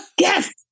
Yes